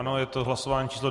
Ano, je to hlasování číslo 27.